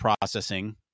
processing